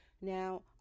Now